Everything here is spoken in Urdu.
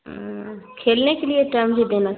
کھیلنے کے لیے ٹائم بھی دینا